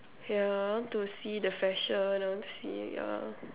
ya I want to see the fashion I want to see ya